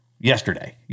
yesterday